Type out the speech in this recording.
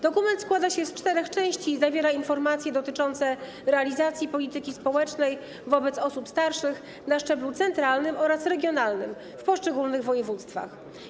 Dokument składa się z czterech części i zawiera informacje dotyczące realizacji polityki społecznej wobec osób starszych na szczeblu centralnym oraz regionalnym w poszczególnych województwach.